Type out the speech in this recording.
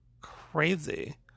Crazy